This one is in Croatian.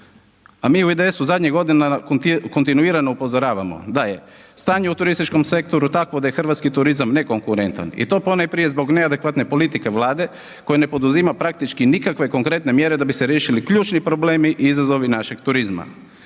a mi u IDS-u zadnjih godina kontinuirano upozoravamo da je stanje u turističkom sektoru takvo da je hrvatski nekonkurentan i to ponajprije zbog neadekvatne politike Vlade koja ne poduzima praktički nikakve konkretne mjere da bise riješili ključni problemi i izazovi našeg turizma.